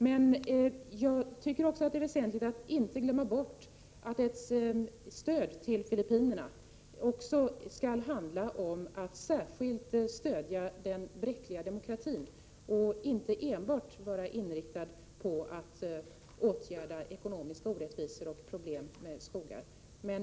Men det är också väsentligt att vi inte glömmer bort att ett stöd till Filippinerna också skall handla om att särskilt stödja den bräckliga demokratin och inte enbart skall vara inriktat på att åtgärda ekonomiska orättvisor och skogsproblem.